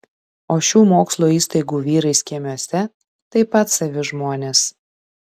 o šių mokslo įstaigų vyrai skėmiuose taip pat savi žmonės